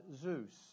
Zeus